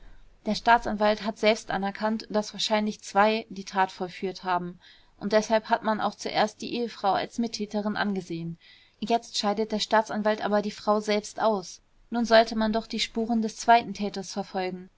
der staatsanwalt hat selbst anerkannt daß wahrscheinlich zwei die tat vollführt haben und deshalb hat man auch zuerst die ehefrau als mittäterin angesehen jetzt scheidet der staatsanwalt aber die frau selbst aus nun sollte man doch die spuren des zweiten täters verfolgen